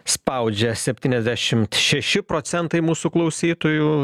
spaudžia septyniasdešimt šeši procentai mūsų klausytojų